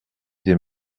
des